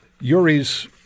Yuri's